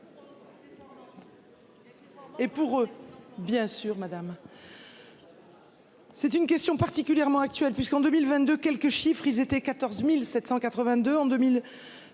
Et pour eux bien sûr madame. C'est une question particulièrement actuel puisqu'en 2022, quelques chiffres, ils étaient 14.782